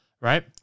right